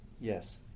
yes